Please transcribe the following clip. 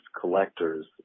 collectors